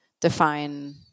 define